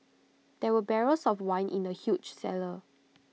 there were barrels of wine in the huge cellar